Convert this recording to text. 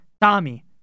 Tommy